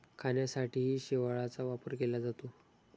खाण्यासाठीही शेवाळाचा वापर केला जातो